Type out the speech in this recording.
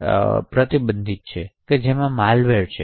થાય છે જેમાં માલવેર છે